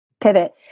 pivot